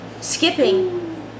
skipping